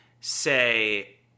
say